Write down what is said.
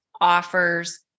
offers